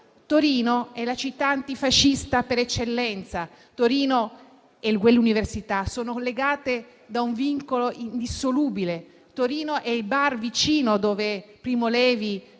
Torino è la città antifascista per eccellenza. Torino e quell'Università sono legate da un vincolo indissolubile. A Torino si trovava il bar dove Primo Levi,